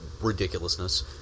ridiculousness